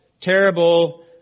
terrible